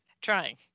Trying